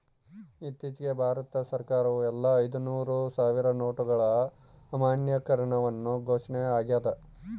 ಇತ್ತೀಚಿಗೆ ಭಾರತ ಸರ್ಕಾರವು ಎಲ್ಲಾ ಐದುನೂರು ಸಾವಿರ ನೋಟುಗಳ ಅಮಾನ್ಯೀಕರಣವನ್ನು ಘೋಷಣೆ ಆಗ್ಯಾದ